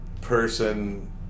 person